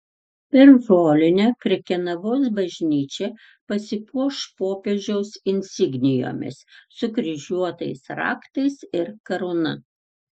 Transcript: per žolinę krekenavos bažnyčia pasipuoš popiežiaus insignijomis sukryžiuotais raktais ir karūna